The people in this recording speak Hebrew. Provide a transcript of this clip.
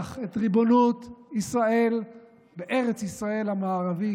את ריבונות ישראל בארץ ישראל המערבית.